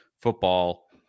football